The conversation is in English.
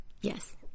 Yes